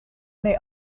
may